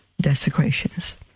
desecrations